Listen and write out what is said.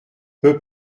peux